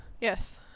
Yes